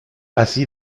así